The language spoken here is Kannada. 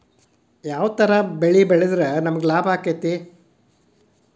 ಯಾವ ತರ ಬೆಳಿ ಬೆಳೆದ್ರ ನಮ್ಗ ಲಾಭ ಆಕ್ಕೆತಿ?